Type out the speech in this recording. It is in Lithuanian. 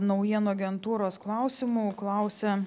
naujienų agentūros klausimų klausia